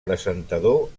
presentador